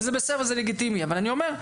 וזה בסדר וזה לגיטימי אבל אני אומר,